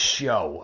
show